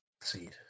seat